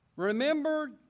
Remember